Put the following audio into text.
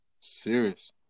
Serious